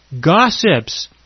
gossips